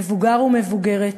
מבוגר ומבוגרת,